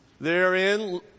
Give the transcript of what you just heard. Therein